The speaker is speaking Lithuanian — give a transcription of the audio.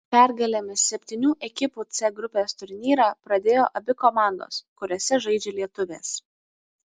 pergalėmis septynių ekipų c grupės turnyrą pradėjo abi komandos kuriose žaidžia lietuvės